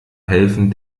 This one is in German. helfen